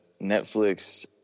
Netflix